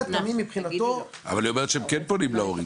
אבל היא אומרת שהיא כן פונים להורים,